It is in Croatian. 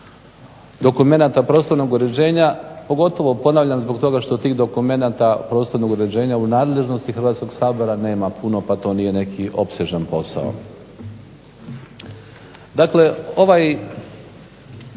dokumenata prostornog uređenja, pogotovo ponavljam zbog toga što tih dokumenata prostornog uređenja u nadležnosti Hrvatskog sabora nema puno pa to nije neki opsežan posao.